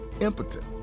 impotent